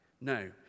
No